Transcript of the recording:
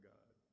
God